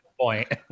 point